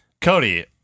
Cody